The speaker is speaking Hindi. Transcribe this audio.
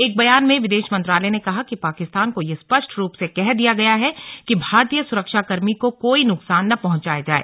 एक बयान में विदेश मंत्रालय ने कहा कि पाकिस्तान को यह स्पष्ट रूप से कह दिया गया है कि भारतीय सुरक्षा कर्मी को कोई नुकसान न पहुंचाया जाए